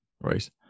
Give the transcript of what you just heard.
right